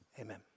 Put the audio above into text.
amen